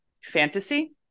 fantasy